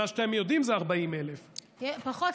מה שאתם יודעים זה 40,000. פחות.